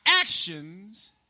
actions